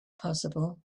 possible